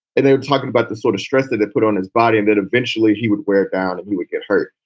and they were talking about the sort of stress that he put on his body and that eventually he would wear it down and he would get hurt.